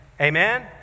Amen